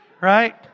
right